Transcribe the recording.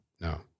No